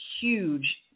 huge